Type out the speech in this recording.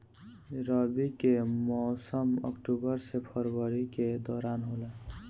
रबी के मौसम अक्टूबर से फरवरी के दौरान होला